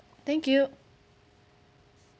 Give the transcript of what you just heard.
thank you